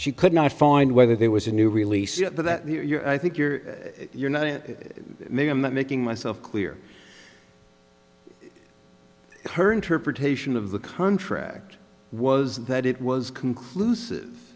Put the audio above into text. she could not find whether there was a new release that you or i think you're you're not maybe i'm not making myself clear her interpretation of the contract was that it was conclusive